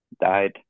died